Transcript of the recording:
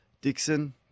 Dixon